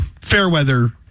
Fairweather